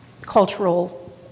cultural